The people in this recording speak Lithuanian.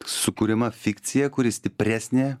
sukuriama fikcija kuri stipresnė